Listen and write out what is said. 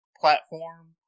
platform